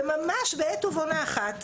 וממש בעת ובעונה אחת,